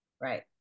Right